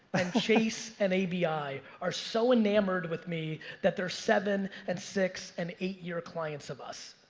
um chase and abi are so enamored with me that they're seven, and six, and eight-year clients of us.